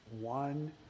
one